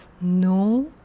no